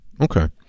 Okay